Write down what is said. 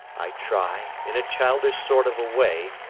i try, in a childish sort of a way,